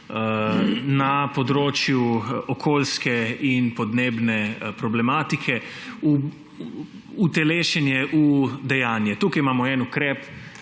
na področju okoljske in podnebne problematike, utelešenje v dejanje. Tukaj imamo en ukrep,